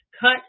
cut